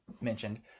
mentioned